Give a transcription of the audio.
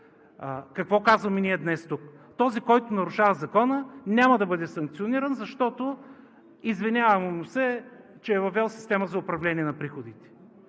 Какво казваме ние днес тук: този, който нарушава Закона, няма да бъде санкциониран, защото извиняваме му се, че е въвел система за управление на приходите.